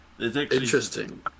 interesting